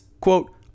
quote